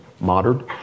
modern